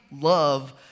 love